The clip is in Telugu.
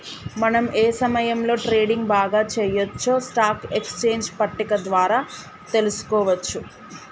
మనం ఏ సమయంలో ట్రేడింగ్ బాగా చెయ్యొచ్చో స్టాక్ ఎక్స్చేంజ్ పట్టిక ద్వారా తెలుసుకోవచ్చు